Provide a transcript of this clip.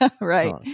Right